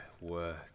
Work